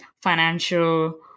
financial